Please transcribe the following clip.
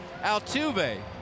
Altuve